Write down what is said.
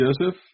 Joseph